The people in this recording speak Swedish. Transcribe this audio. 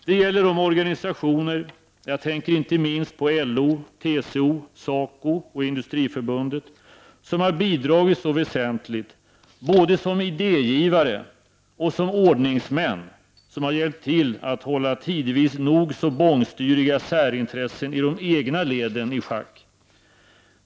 Det gäller de organisationer — jag tänker inte minst på LO, TCO, SACO och Industriförbundet — som bidragit så väsentligt, både som idégivare och = Prot. 1989/90:140 som ordningsmän, och som hjälpt till att hålla tidvis nog så bångstyriga särin — 13 juni 1990 tressen i de egna leden i schack.